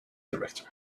director